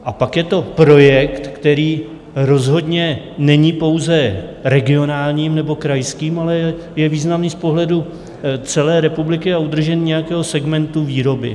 A pak je to projekt, který rozhodně není pouze regionálním nebo krajským, ale je významný z pohledu celé republiky a udržení nějakého segmentu výroby.